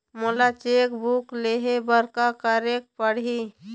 मोला cheque book लेहे बर का केरेक पढ़ही?